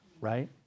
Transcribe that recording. right